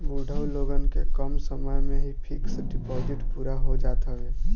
बुढ़ऊ लोगन के कम समय में ही फिक्स डिपाजिट पूरा हो जात हवे